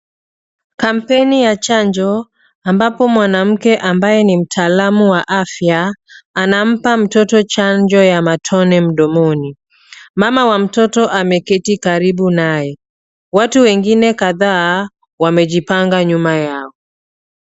Kampeni ya chanjo ambapo mwanamke ambaye ni Mtaalamu wa afya ,anampa mtoto chanjo ya matone mdomoni. Mama wa mtoto ameketi karibu naye. Watu wengine kadhaa wamejipanga nyuma yao.